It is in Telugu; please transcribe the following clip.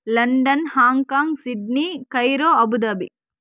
London Hong Kong Sydney Cairo Abu Dhabi